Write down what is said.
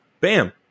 bam